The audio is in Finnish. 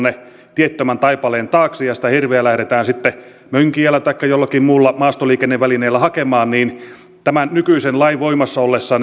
tiettömän taipaleen taakse ja sitä hirveä lähdetään sitten mönkijällä taikka jollakin muulla maastoliikennevälineellä hakemaan niin tämän nykyisen lain voimassa ollessa